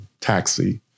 taxi